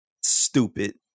stupid